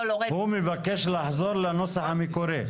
הוא מבקש לחזור לנוסח המקורי.